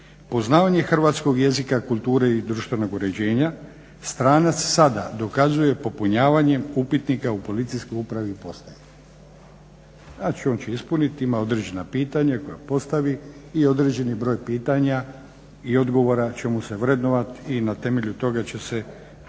poznavanje hrvatskog jezika, kulture i društvenog uređenja stranac sada dokazuje popunjavanjem upitnika u policijskoj upravi ili postaji. Znači on će ispuniti, ima određena pitanja koja postavi i određeni broj pitanja i odgovora će mu se vrednovat i na temelju toga će se zaključit